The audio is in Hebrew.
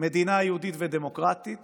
מדינה יהודית ודמוקרטית